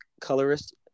colorist